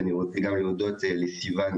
ואני רוצה גם להודות לסיון,